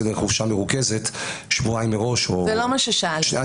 לחופשה מרוכזת שבועיים מראש או --- זה לא מה ששאלתי.